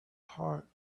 heart